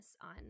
on